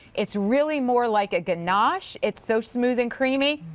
it's really more like a ganache. it's so smooth and creamy.